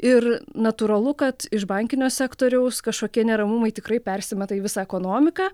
ir natūralu kad iš bankinio sektoriaus kažkokie neramumai tikrai persimeta į visą ekonomiką